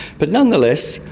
but nonetheless,